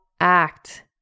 act